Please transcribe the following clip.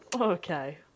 Okay